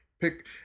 pick